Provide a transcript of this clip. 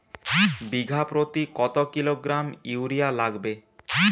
বিঘাপ্রতি কত kilogram urea লাগবে?